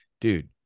dude